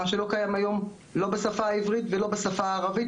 מה שלא קיים היום לא בשפה העברית ולא בשפה הערבית.